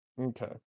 Okay